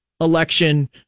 election